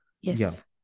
Yes